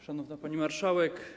Szanowna Pani Marszałek!